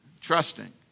trusting